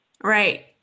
Right